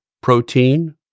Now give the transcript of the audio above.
protein